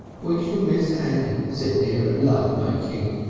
we shall miss annie sitting ere and love-making!